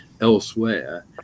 elsewhere